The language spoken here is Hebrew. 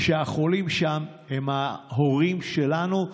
שהחולים שם הם ההורים שלנו,